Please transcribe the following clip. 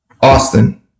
Austin